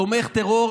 תומך טרור,